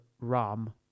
Ram